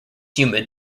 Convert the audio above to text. humid